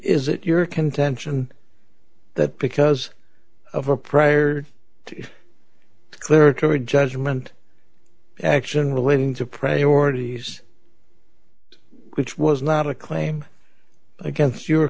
is it your contention that because of a prior clear record judgment action relating to priorities which was not a claim against your